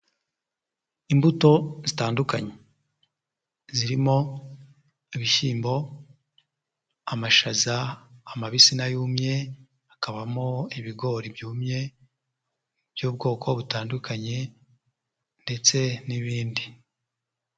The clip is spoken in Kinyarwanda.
Imbuto zitandukanye zirimo: ibishyimbo, amashaza, amabisi n' ayumye, hakabamo ibigori byumye by'ubwoko butandukanye ndetse n'ibindi.